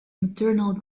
maternal